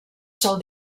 sol